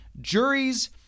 juries